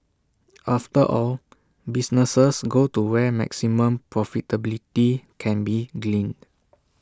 after all businesses go to where maximum profitability can be gleaned